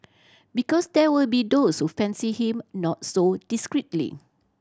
because there will be those who fancy him not so discreetly